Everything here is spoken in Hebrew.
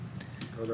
כאמור,